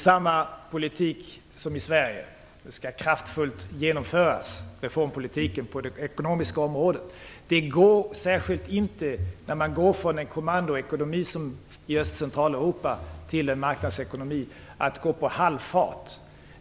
Herr talman! Det blir samma politik som i Sverige. Reformpolitiken på det ekonomiska området skall kraftfullt genomföras. När man går från en kommandoekonomi, som i Öst och Centraleuropa, till en marknadsekonomi går det inte att gå på halvfart.